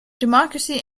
democracy